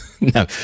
no